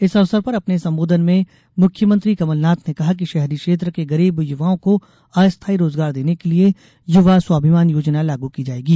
इस अवसर पर अपने संबोधन में मुख्यमंत्री कमलनाथ ने कहा है कि शहरी क्षेत्र के गरीब युवाओं को अस्थाई रोजगार देने के लिये युवा स्वाभिमान योजना लागू की जायेगी